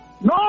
no